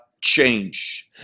change